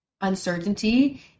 uncertainty